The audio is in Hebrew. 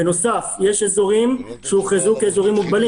בנוסף, יש אזורים שהוכרזו כאזורים מוגבלים.